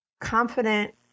confident